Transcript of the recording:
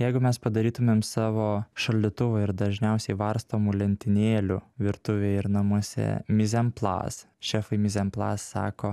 jeigu mes padarytumėm savo šaldytuvo ir dažniausiai varstomų lentynėlių virtuvėje ir namuose mizen plaz šefai mizen plaz sako